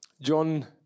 john